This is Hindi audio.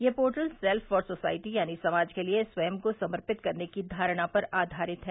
यह पोर्टल सेल्फ फॉर सोसायटी यानी समाज के लिए स्वयं को समर्पित करने की धारणा पर आधारित है